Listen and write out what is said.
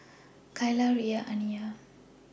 Kaylah Riya and Aniyah